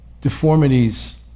deformities